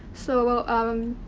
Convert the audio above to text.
so, um.